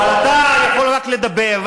אבל אתה יכול רק לדבר,